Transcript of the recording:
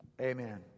Amen